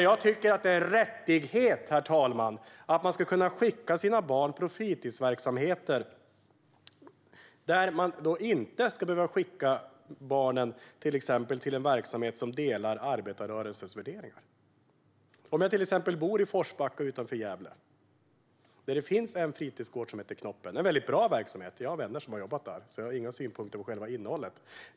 Jag tycker att det ska vara en rättighet att kunna skicka sina barn till fritidsverksamheter där man inte delar arbetarrörelsens värderingar. I till exempel Forsbacka utanför Gävle finns det en fritidsgård som heter Knoppen. Det är en mycket bra verksamhet, och jag har vänner som har jobbat där och har inga synpunkter på själva innehållet.